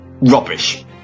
rubbish